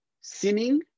sinning